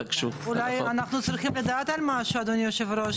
בבקשה, נעמה לזימי, ממגישות ההצעה.